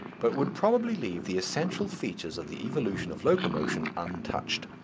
but would probably leave the essential features of the evolution of locomotion untouched.